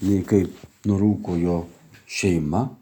nei kaip nurūko jo šeima